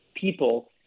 people